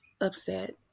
upset